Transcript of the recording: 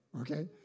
Okay